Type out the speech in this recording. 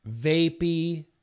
vapey